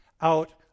out